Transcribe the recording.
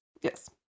Yes